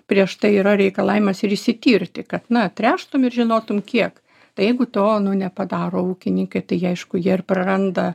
prieš tai yra reikalavimas ir išsitirti kad na tręštum ir žinotum kiek tai jeigu to nepadaro ūkininkai tai jie aišku jie ir praranda